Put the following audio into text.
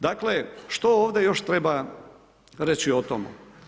Dakle što ovdje još treba reći o tome?